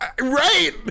right